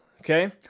okay